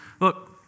Look